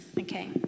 Okay